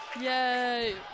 Yay